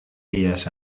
días